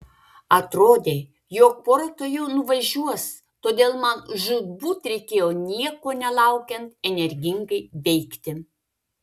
atrodė jog pora tuojau nuvažiuos todėl man žūtbūt reikėjo nieko nelaukiant energingai veikti